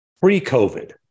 pre-COVID